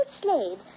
Slade